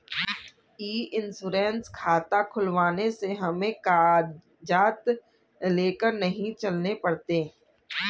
ई insurance खाता खुलवाने से हमें कागजात लेकर नहीं चलने पड़ते